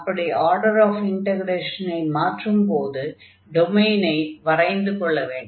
அப்படி order of இன்டக்ரேஷனை மாற்றும் போது டொமைனை வரைந்து கொள்ள வேண்டும்